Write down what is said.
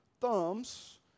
thumbs